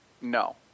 No